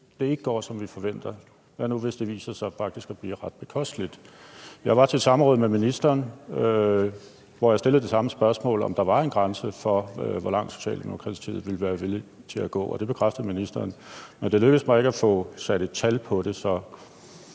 det ikke går, som vi forventer – hvad nu hvis det viser sig faktisk at blive ret bekosteligt? Jeg var til et samråd med ministeren, hvor jeg stillede det samme spørgsmål, nemlig om der var en grænse for, hvor langt Socialdemokratiet ville være villig til at gå, og det bekræftede ministeren at der var, men det lykkedes mig ikke at få sat et tal på det.